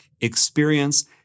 experience